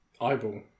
Eyeball